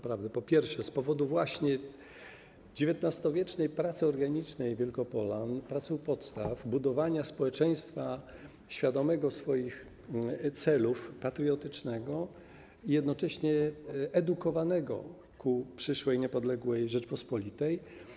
Po pierwsze, z powodu właśnie XIX-wiecznej pracy organicznej Wielkopolan, pracy u podstaw, budowania społeczeństwa świadomego swoich celów, patriotycznego i jednocześnie edukowanego ku przyszłej, niepodległej Rzeczypospolitej.